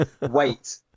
wait